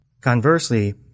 Conversely